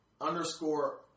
underscore